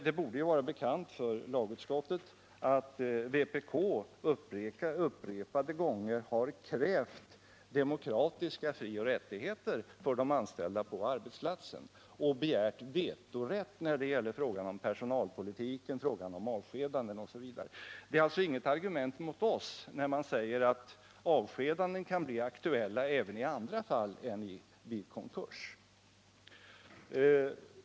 Det borde vara bekant för lagutskottet att vpk upprepade gånger har krävt demokratiska frioch rättigheter för de anställda på arbetsplatsen och begärt vetorätt när det gäller personaipolitik, avskedande m.m. Att säga att avskedanden kan bli aktuella även i andra fall än vid konkurs är alltså inte något argument mot OSS.